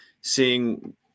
seeing